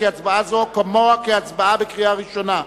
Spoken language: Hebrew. כי הצבעה זו כמוה כהצבעה בקריאה ראשונה.